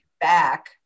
back